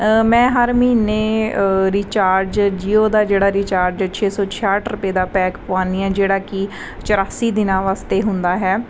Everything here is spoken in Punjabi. ਮੈਂ ਹਰ ਮਹੀਨੇ ਰਿਚਾਰਜ ਜੀਓ ਦਾ ਜਿਹੜਾ ਰਿਚਾਰਜ ਛੇ ਸੌ ਛਿਆਹਠ ਰੁਪਏ ਦਾ ਪੈਕ ਪਵਾਉਂਦੀ ਹਾਂ ਜਿਹੜਾ ਕਿ ਚੁਰਾਸੀ ਦਿਨਾਂ ਵਾਸਤੇ ਹੁੰਦਾ ਹੈ